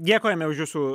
dėkojame už jūsų